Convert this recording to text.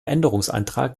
änderungsantrag